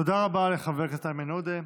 תודה רבה לחבר הכנסת איימן עודה.